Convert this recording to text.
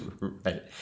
Right